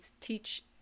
teach